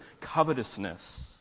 covetousness